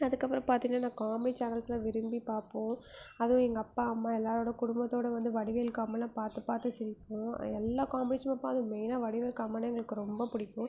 அதுக்கப்புறம் பார்த்திங்கன்னா காமெடி சேனல்ஸெலாம் விரும்பி பார்ப்போம் அதுவும் எங்கள் அப்பா அம்மா எல்லாரோடு குடும்பத்தோடு வந்து வடிவேல் காமெடியெலாம் பார்த்து பார்த்து சிரிப்போம் எல்லா காமெடியும் சும்மா பார்த்து மெய்னாக வடிவேல் காமெடினால் எங்களுக்கு ரொம்ப பிடிக்கும்